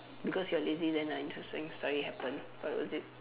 because you are lazy then a interesting story happen what was it